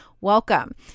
Welcome